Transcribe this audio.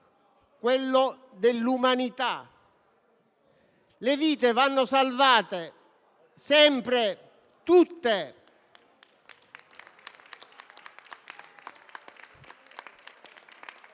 quello dell'umanità. Le vite vanno salvate sempre, tutte.